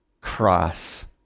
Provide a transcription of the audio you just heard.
cross